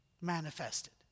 manifested